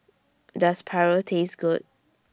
Does Paru Taste Good